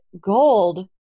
gold